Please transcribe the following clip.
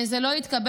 זה לא התקבל,